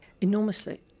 Enormously